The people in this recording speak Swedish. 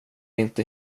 inte